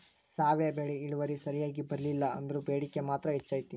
ಸಾವೆ ಬೆಳಿ ಇಳುವರಿ ಸರಿಯಾಗಿ ಬರ್ಲಿಲ್ಲಾ ಅಂದ್ರು ಬೇಡಿಕೆ ಮಾತ್ರ ಹೆಚೈತಿ